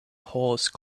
horse